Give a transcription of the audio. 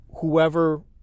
whoever